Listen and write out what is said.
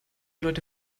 leute